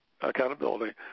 accountability